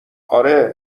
آره